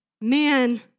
Man